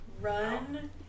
run